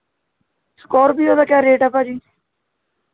Scorpio ਦਾ ਕਿਆ rate ਹੈ ਭਾਅ ਜੀ